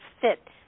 fit